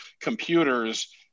computers